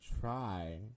try